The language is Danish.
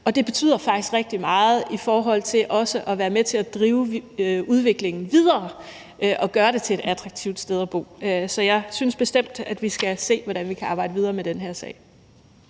og det betyder faktisk rigtig meget i forhold til også at være med til at drive udviklingen videre at gøre det til et attraktivt sted at bo. Så jeg synes bestemt, vi skal se, hvordan vi kan arbejde videre med den her sag.